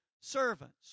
servants